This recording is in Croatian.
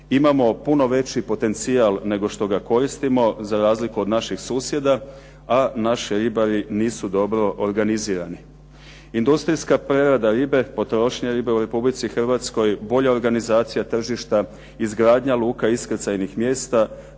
Imamo puno veći potencijal nego što ga koristimo za razliku od naših susjeda, a naši ribari nisu dobro organizirani. Industrijska prerada ribe, potrošnja ribe u Republici Hrvatskoj, bolja organizacija tržišta, izgradnja luka iskrcajnih mjesta